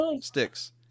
sticks